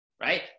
right